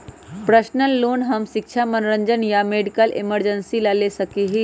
personal loan हम शिक्षा मनोरंजन या मेडिकल इमरजेंसी ला ले सका ही